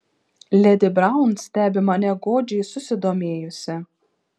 ledi braun stebi mane godžiai susidomėjusi